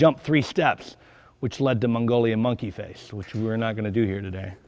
jump three steps which led to mongolian monkey face which we're not going to do here today